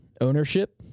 Ownership